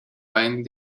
wein